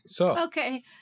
Okay